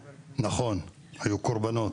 נכון, היו קורבנות,